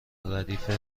ردیف